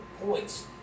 points